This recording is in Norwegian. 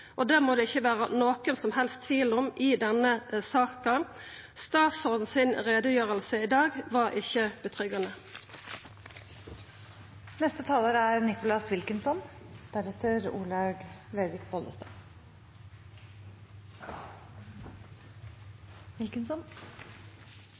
tapt. Det må det ikkje vera nokon som helst tvil om i denne saka. Utgreiinga frå statsråden i dag kjendest ikkje